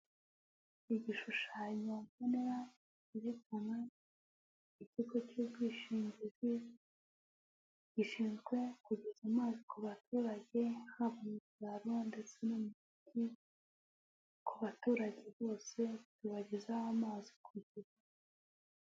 Igishushanyo mbonera cyerekanwe, ikigo cy' ubwishingizi gishinzwe kugezaza amazi ku baturage hba mu byaro ndetse no mu mujyi ku baturage bose tubagezaho amazi ku gihe.